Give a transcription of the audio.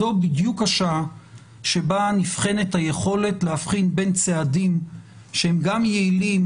זו בדיוק השעה שבה נבחנת היכולת להבחין בין צעדים שהם גם יעילים,